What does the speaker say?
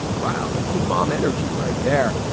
wow. cool mom energy right there.